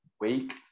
Wake